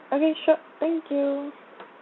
okay sure thank you